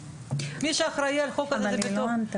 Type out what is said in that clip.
מי שאחראי על החוק הזה, זה ביטוח לאומי.